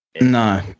No